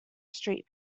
street